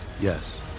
Yes